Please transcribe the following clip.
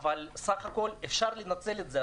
אך סך הכול אפשר לנצל את זה.